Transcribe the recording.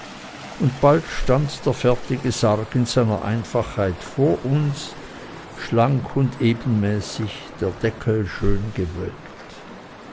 und bald stand der fertige sarg in seiner einfachheit vor uns schlank und ebenmäßig der deckel schön gewölbt